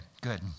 good